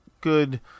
good